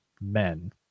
men